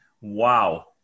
wow